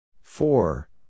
Four